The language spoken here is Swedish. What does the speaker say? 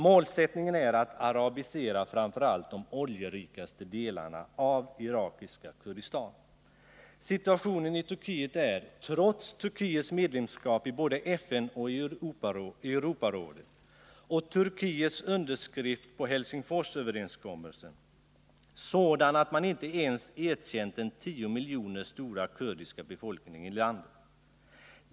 Målet är att arabisera framför allt de oljerikaste delarna av det irakiska Kurdistan. Situationen i Turkiet är, trots Turkiets medlemskap i FN och Europarådet och Turkiets underskrift av Helsingforsöverenskommelsen, sådan att Turkiet inte ens erkänt den tio miljoner stora kurdiska befolkningen i landet.